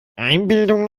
einbildung